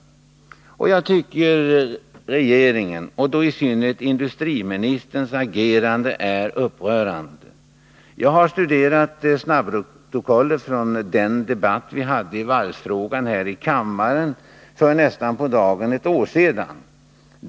Jag tycker att regeringens — och då i synnerhet industriministerns — agerande är upprörande. Jag har studerat snabbprotokollet från den debatt vi hade i varvsfrågan här i kammaren för nästan på dagen ett år sedan.